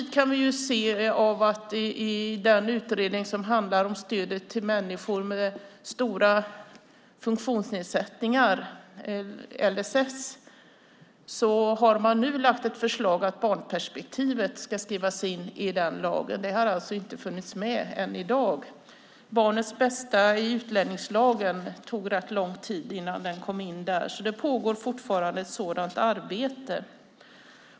Det kan vi se i och med att man i den utredning som handlar om stödet till människor med stora funktionsnedsättningar, LSS, nu har lagt fram ett förslag om att barnperspektivet ska skrivas in där. Det har alltså inte funnits med i LSS tidigare. Det tog rätt lång tid innan barnens bästa kom in i utlänningslagen också. Det pågår alltså fortfarande ett sådant arbete.